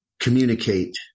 communicate